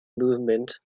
movement